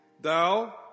thou